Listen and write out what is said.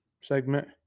segment